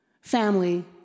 family